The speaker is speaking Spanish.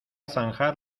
zanjar